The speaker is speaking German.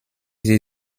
sie